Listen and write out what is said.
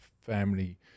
family